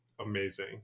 amazing